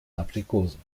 aprikosen